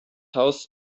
haus